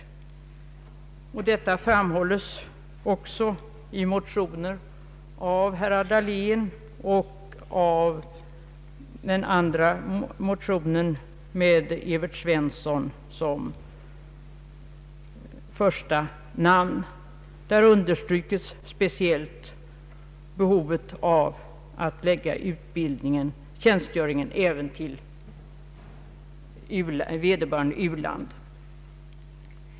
Detta framhålles också i olika motioner med herrar Dahlén och Evert Svensson som första namn. Där understrykes speciellt behovet av att lägga tjänstgöringen och utbildningen till vederbörande u-land.